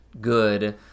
good